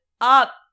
up